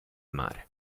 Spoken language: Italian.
mare